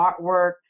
artwork